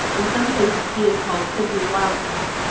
in some places he is called simply wild cat.